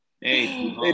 hey